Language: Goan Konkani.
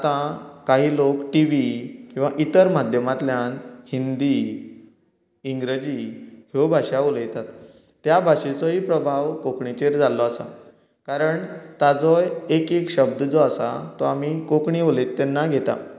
आतां कांय लोक टिवी किंवां इतर माध्यमांतल्यान हिंदी इंग्रजी ह्यो भाशा उलयतात त्या भाशेचोय प्रभाव कोंकणीचेर जाल्लो आसा कारण तोजो एक एक शब्द जो आसा तो आमी कोंकणी उलयता तेन्ना घेता